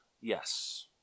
Yes